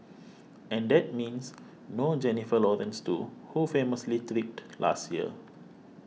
and that means no Jennifer Lawrence too who famously tripped last year